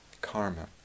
karma